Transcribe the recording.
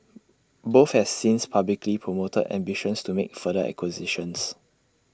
both have since publicly promoted ambitions to make further acquisitions